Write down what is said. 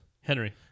Henry